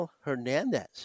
hernandez